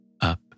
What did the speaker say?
up